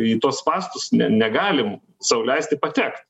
į tuos spąstus ne negalim sau leisti patekt